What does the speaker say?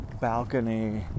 balcony